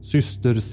Syster